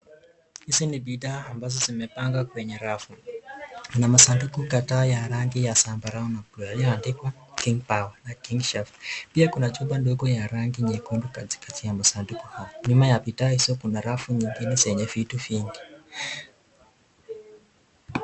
Hizi ni bidhaa ambazo zimepangwa kwenye rafu, kuna masanduku kadhaa ya rangi ya zambarau na buluu iliyoandikwa kingpower kingshelf pia kuna chupa ndogo ya rangi ya nyekundu katikati ya masanduku hayo, nyuma ya bidhaa hizo kuna rafu zingine zenye vitu vingi.